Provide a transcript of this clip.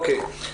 תודה.